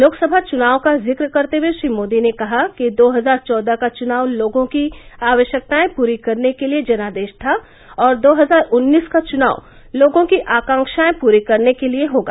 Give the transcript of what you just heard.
लोकसभा चुनाव का जिक्र करते हुए श्री मोदी ने कहा कि दो हजार चौदह का चुनाव लोगों की आवश्यकताएं पूरी करने के लिए जनादेश था और दो हजार उन्नीस का चुनाव लोगों की आकांक्वाएं पूरी करने के लिए होगा